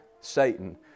Satan